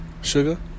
Sugar